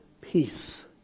peace